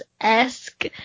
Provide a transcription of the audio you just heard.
esque